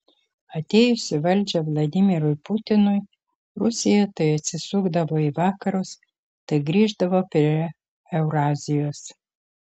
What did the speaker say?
atėjus į valdžią vladimirui putinui rusija tai atsisukdavo į vakarus tai grįždavo prie eurazijos